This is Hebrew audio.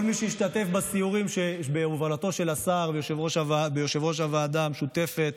כל מי שהשתתף בסיורים בהובלתו של השר ויושב-ראש הוועדה המשותפת